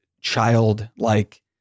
childlike